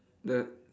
the